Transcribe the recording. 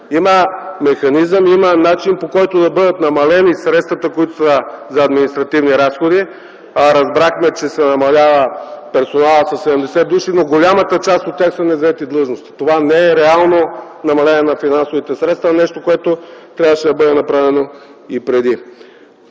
Има механизъм, има начин, по който да бъдат намалени средствата, които са за административни разходи. Разбрахме, че персоналът се намалява със 70 души, но голямата част от тях са незаети длъжности. Това не е реално намаление на финансовите средства, а нещо, което трябваше да бъде направено преди.